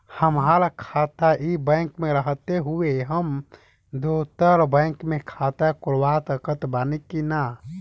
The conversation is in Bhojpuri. हमार खाता ई बैंक मे रहते हुये हम दोसर बैंक मे खाता खुलवा सकत बानी की ना?